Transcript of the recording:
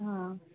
हां